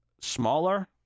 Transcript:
smaller